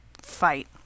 fight